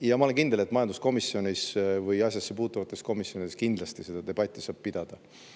Ja ma olen kindel, et majanduskomisjonis või asjassepuutuvates komisjonides kindlasti seda debatti saab pidada.